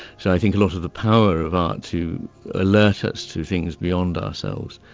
so i think a lot of the power of art to alert us to things beyond ourselves,